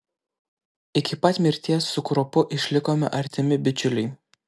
iki pat mirties su kruopu išlikome artimi bičiuliai